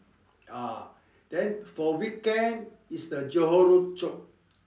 ah then for weekend is the Johor road chok